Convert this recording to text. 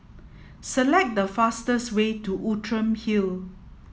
select the fastest way to Outram Hill